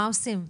מה עושים?